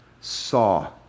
saw